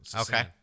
Okay